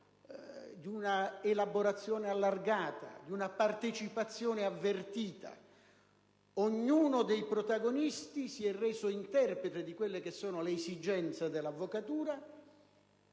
di una elaborazione allargata, di una partecipazione avvertita. Ognuno dei protagonisti si è reso interprete delle esigenze dell'avvocatura